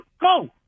go